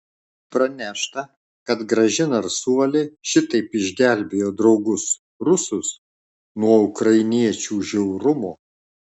pranešta kad graži narsuolė šitaip išgelbėjo draugus rusus nuo ukrainiečių žiaurumo